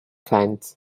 plant